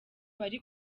bari